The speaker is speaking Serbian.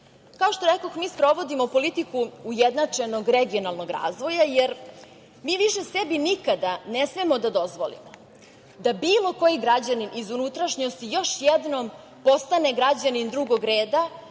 što rekoh, mi sprovodimo politiku ujednačenog regionalnog razvoja, jer mi više sebi nikada ne smemo da dozvolimo da bilo koji građanin iz unutrašnjosti još jednom postane građanin drugog reda,